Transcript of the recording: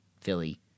Philly